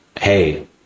Hey